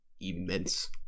immense